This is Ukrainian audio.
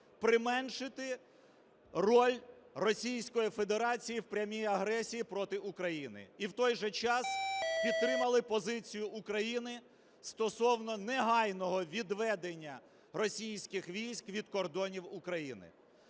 применшити роль Російської Федерації в прямій агресії проти України і в той же підтримали позицію України стосовно негайного відведення російських військ від кордонів України.